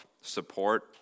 support